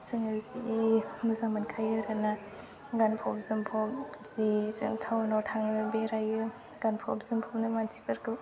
जोङो जि मोजां मोनखायो आरो ना गानफोब जोमफब जि जों टाउनाव थाङो बेरायो गानफब जोमफबनो मानसिफोरखौ